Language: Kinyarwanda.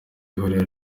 ihuriro